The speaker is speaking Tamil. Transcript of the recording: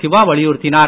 சிவா வலியுறுத்தினார்